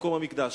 מקום המקדש.